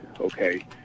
okay